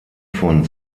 von